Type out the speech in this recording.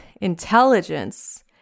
intelligence